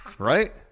Right